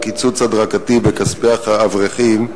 לקיצוץ הדרגתי בכספי האברכים,